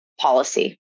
policy